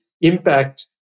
impact